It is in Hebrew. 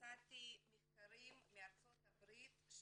מצאתי מחקרים מארצות הברית,